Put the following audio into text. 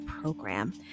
Program